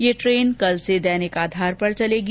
ये ट्रेन कल से दैनिक आधार पर चलेगी